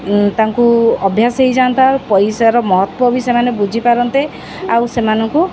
ତାଙ୍କୁ ଅଭ୍ୟାସ ହୋଇଯାଆନ୍ତା ଆଉ ପଇସାର ମହତ୍ଵ ବି ସେମାନେ ବୁଝିପାରନ୍ତେ ଆଉ ସେମାନଙ୍କୁ